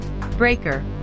Breaker